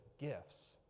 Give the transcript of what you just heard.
gifts